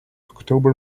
october